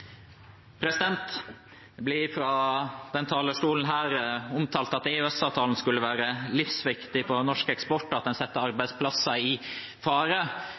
blir fra denne talerstolen sagt at EØS-avtalen skulle være livsviktig for norsk eksport, og at en setter arbeidsplasser i fare,